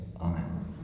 Amen